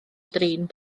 drin